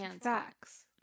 facts